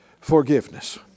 forgiveness